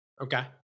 Okay